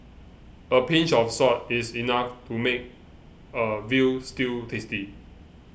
a pinch of salt is enough to make a Veal Stew tasty